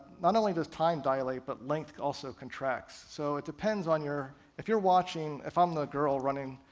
not only does time dilate, but length also contracts, so it depends on your, if you're watching, if i'm the girl running,